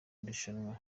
irushanwa